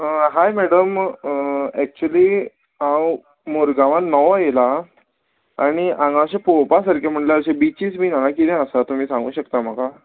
हाय madam actually हांव मोरगांवांत नवो येयला आनी हांगा अशें पळोवपा सारकें म्हणल्यार अशें बिचीस बीन आ किदें आसा तुमी सांगू शकता म्हाका